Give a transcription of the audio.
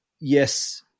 yes